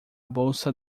bolsa